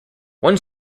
one